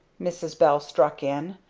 mrs. bell struck in.